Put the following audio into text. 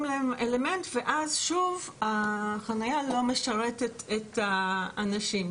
להן אלמנט ואז שוב החניה לא משרתת את האנשים.